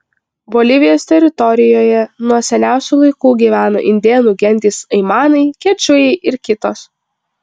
bolivijos teritorijoje nuo seniausių laikų gyveno indėnų gentys aimanai kečujai ir kitos